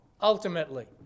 ultimately